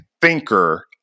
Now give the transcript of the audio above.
thinker